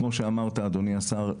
כמו שאמרת אדוני השר,